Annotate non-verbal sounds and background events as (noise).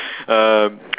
(breath) um (noise)